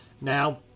Now